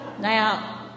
Now